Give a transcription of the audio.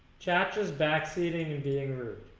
chat just backseating and being rude